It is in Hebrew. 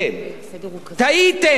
טעיתם.